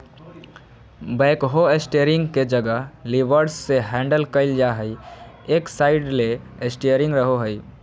backhoe steering के जगह levers से हैंडल कइल जा हइ, एक साइड ले स्टेयरिंग रहो हइ